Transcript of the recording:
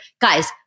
guys